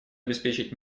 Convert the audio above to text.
обеспечить